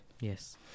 Yes